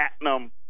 platinum